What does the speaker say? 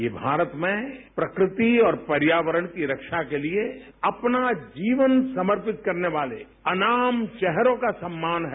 ये भारत में प्रकृति और पर्यावरण की रक्षा के लिए अपना जीवन समर्पित करने वाले अनाम चेहरों का सम्मान है